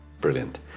Brilliant